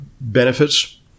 benefits